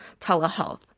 telehealth